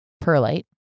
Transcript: perlite